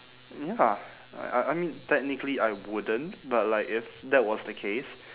ya I I mean technically I wouldn't but like if that was the case